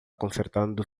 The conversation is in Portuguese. consertando